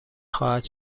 خواهد